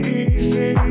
easy